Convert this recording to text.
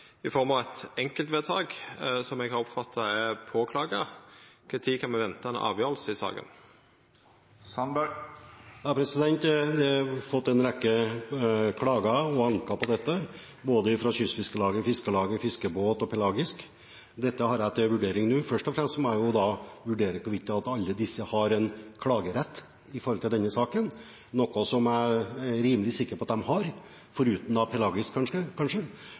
i form av eit enkeltvedtak, som eg har oppfatta er klaga over. Kva tid kan me venta ei avgjerd i saka? Jeg har fått en rekke klager og anker på dette, fra både Kystfiskarlaget, Fiskarlaget, Fiskebåt og Pelagisk Forening. Dette har jeg til vurdering nå. Først og fremst må jeg vurdere hvorvidt alle disse har klagerett i denne saken, noe jeg er rimelig sikker på at de har, kanskje utenom Pelagisk